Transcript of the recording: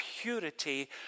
purity